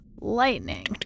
lightning